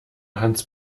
hans